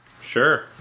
Sure